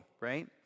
right